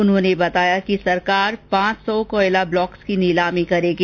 उन्होंने बताया कि सरकार पांच सौ कोयल ब्लॉक्स की नीलामी करेगी